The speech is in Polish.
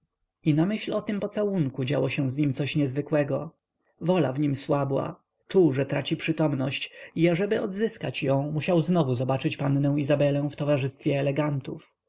i na myśl o tym pocałunku działo się z nim coś niezwykłego wola w nim słabła czuł że traci przytomność i ażeby odzyskać ją musiał znowu zobaczyć pannę izabelę w towarzystwie elegantów i